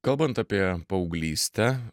kalbant apie paauglystę